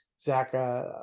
Zach